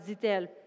dit-elle, «